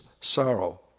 sorrow